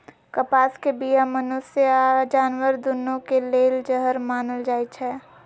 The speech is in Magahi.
कपास के बीया मनुष्य आऽ जानवर दुन्नों के लेल जहर मानल जाई छै